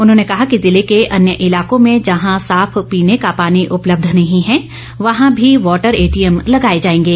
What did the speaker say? उन्होंने कहा कि जिले के अन्य इलाको में जहां साफ पीने का पानी उपलब्ध नहीं है वहां भी वाटर एटीएम लगाए जाएंगे